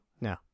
No